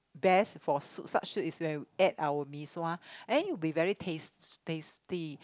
best for soup such soup is when we add our mee-sua I think it will be very tast~ tasty